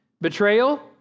betrayal